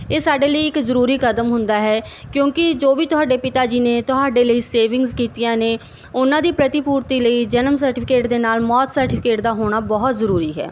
ਸਾਡੇ ਲਈ ਇੱਕ ਜਰੂਰੀ ਕਦਮ ਹੁੰਦਾ ਹੈ ਕਿਉਂਕਿ ਜੋ ਵੀ ਤੁਹਾਡੇ ਪਿਤਾ ਜੀ ਨੇ ਤੁਹਾਡੇ ਲਈ ਸੇਵਿੰਗਸ ਕੀਤੀਆਂ ਨੇ ਉਹਨਾਂ ਦੀ ਪ੍ਰਤੀ ਪੂਰਤੀ ਲਈ ਜਨਮ ਸਰਟੀਫਿਕੇਟ ਦੇ ਨਾਲ ਮੌਤ ਸਰਟੀਫਿਕੇਟ ਦਾ ਹੋਣਾ ਬਹੁਤ ਜਰੂਰੀ ਹੈ